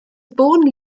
born